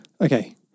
Okay